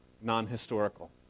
non-historical